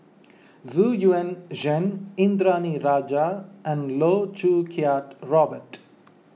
Xu Yuan Zhen Indranee Rajah and Loh Choo Kiat Robert